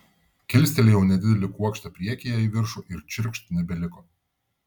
kilstelėjau nedidelį kuokštą priekyje į viršų ir čirkšt nebeliko